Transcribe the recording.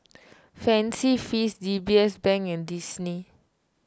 Fancy Feast D B S Bank and Disney